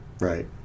Right